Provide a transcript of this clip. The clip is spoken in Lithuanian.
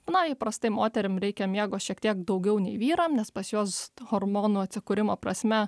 na įprastai moterim reikia miego šiek tiek daugiau nei vyram nes pas juos hormonų atsikūrimo prasme